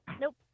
Nope